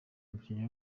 umukinnyi